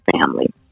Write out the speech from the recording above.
family